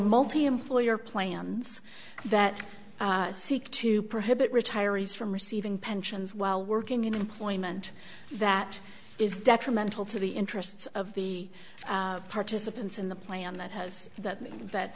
multiemployer plans that seek to prohibit retirees from receiving pensions while working in employment that is detrimental to the interests of the participants in the plan that has that that